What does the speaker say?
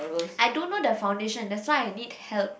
I don't know the foundation that's why I need help